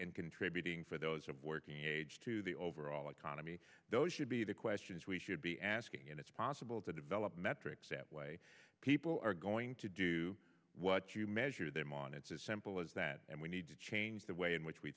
and contributing for those of working age to the overall economy those should be the questions we should be asking and it's possible to develop metrics that way people are going to do what you measure them on it's as simple as that and we need to change the way in which we